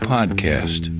Podcast